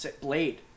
Blade